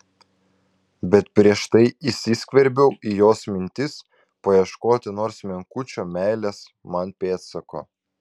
bet prieš tai įsiskverbiau į jos mintis paieškoti nors menkučio meilės man pėdsako